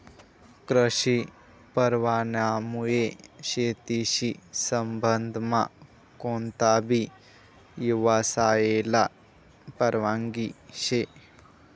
कृषी परवानामुये शेतीशी संबंधमा कोणताबी यवसायले परवानगी शे